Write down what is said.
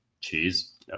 cheese